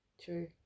true